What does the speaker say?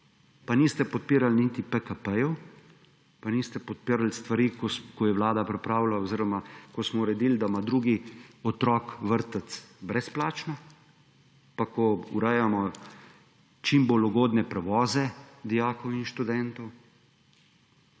pa niste podpirali niti PKP-jev, pa niste podpirali stvari, ko je Vlada pripravila oziroma ko smo uredili, da ima drugi otrok vrtec brezplačno, pa ko urejamo čim bolj ugodne prevoze dijakov in študentov,